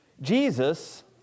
Jesus